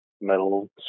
metal